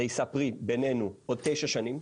זה יישא פרי בעינינו בעוד 9 שנים,